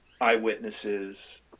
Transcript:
eyewitnesses